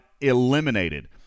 eliminated